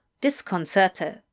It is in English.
disconcerted